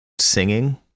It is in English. singing